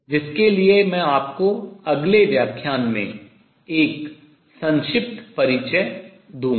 जिसके लिए मैं आपको अगले व्याख्यान में एक संक्षिप्त परिचय दूंगा